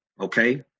okay